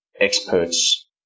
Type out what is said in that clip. experts